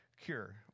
cure